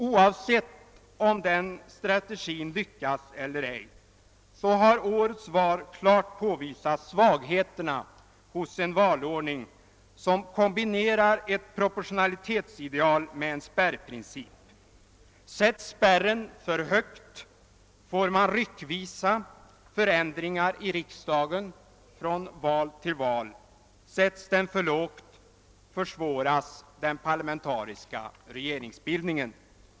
Oavsett om den strategin lyckas eller ej har årets val klart påvisat svagheterna hos en valordning som kombinerar ett proportionalitetsideal med en spärrprincip: sätts spärren för högt, får man ryckvisa förändringar i riksdagen från val till val; sätts den för lågt, försvåras den parlamentariska regeringsbildningen.